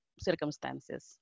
circumstances